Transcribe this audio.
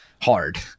hard